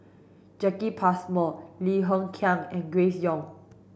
Jacki Passmore Lim Hng Kiang and Grace Young